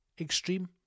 extreme